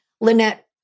Lynette